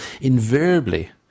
Invariably